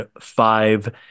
five